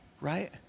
Right